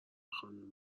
خانم